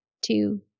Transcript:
two